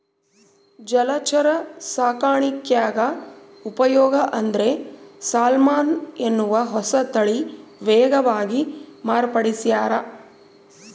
ಜಲಚರ ಸಾಕಾಣಿಕ್ಯಾಗ ಉಪಯೋಗ ಅಂದ್ರೆ ಸಾಲ್ಮನ್ ಎನ್ನುವ ಹೊಸತಳಿ ವೇಗವಾಗಿ ಮಾರ್ಪಡಿಸ್ಯಾರ